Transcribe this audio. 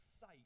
sight